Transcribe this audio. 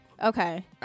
Okay